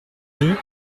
deux